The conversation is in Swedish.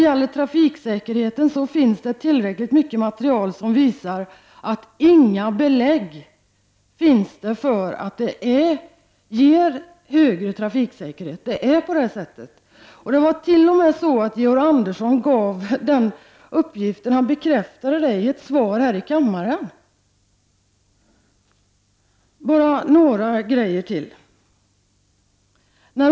Det finns tillräckligt mycket material som visar att det inte finns några belägg för att särskilda åtgärder ger högre trafiksäkerhet. Så är det. Georg Andersson bekräftade t.o.m. den uppgiften i ett svar här i kammaren.